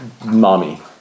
mommy